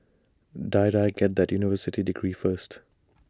Die Die get that university degree first